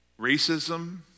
racism